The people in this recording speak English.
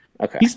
Okay